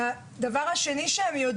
שנית